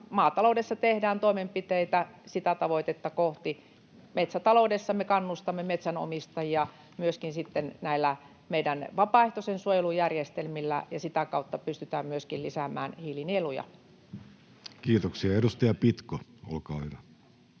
maataloudessa tehdään toimenpiteitä sitä tavoitetta kohti. Metsätaloudessa me kannustamme metsänomistajia sitten myöskin näillä meidän vapaaehtoisen suojelun järjestelmillä, ja myöskin sitä kautta pystytään lisäämään hiilinieluja. Kiitoksia. — Edustaja Pitko, olkaa hyvä.